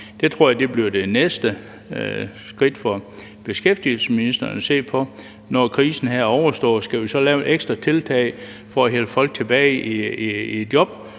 Det tror jeg bliver det næste skridt for beskæftigelsesministeren, nemlig at se på, om vi, når krisen her er overstået, skal lave ekstra tiltag for at få folk tilbage i job.